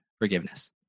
forgiveness